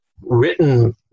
written